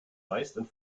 meistens